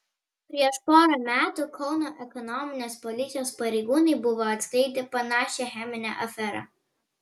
prieš porą metų kauno ekonominės policijos pareigūnai buvo atskleidę panašią cheminę aferą